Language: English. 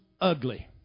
ugly